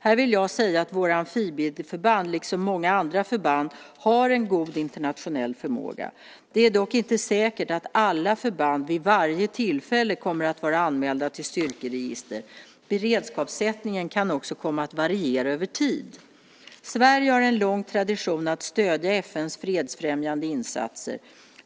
Här vill jag säga att våra amfibieförband, liksom många andra förband, har en god internationell förmåga. Det är dock inte säkert att alla förband vid varje tillfälle kommer att vara anmälda till styrkeregister. Beredskapssättningen kan också komma att variera över tid. Sverige har en lång tradition av att stödja FN:s fredsfrämjande insatser.